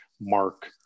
mark